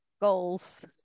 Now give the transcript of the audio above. goals